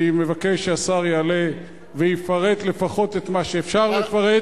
אני מבקש שהשר יעלה ויפרט לפחות את מה שאפשר לפרט,